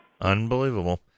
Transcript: unbelievable